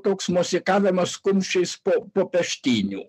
toks mosikavimas kumščiais po peštynių